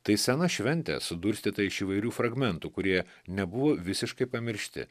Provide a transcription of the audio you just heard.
tai sena šventė sudurstyta iš įvairių fragmentų kurie nebuvo visiškai pamiršti